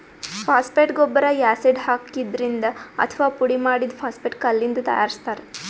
phosphate ಗೊಬ್ಬರ್ acid ಹಾಕಿದ್ರಿಂದ್ ಅಥವಾ ಪುಡಿಮಾಡಿದ್ದ್ ಫಾಸ್ಫೇಟ್ ಕಲ್ಲಿಂದ್ ತಯಾರಿಸ್ತಾರ್